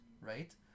right